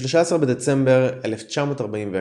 ב-13 בדצמבר 1941,